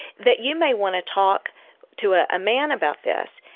that you may want to talk to a ah man about this.